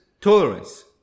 tolerance